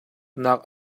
nak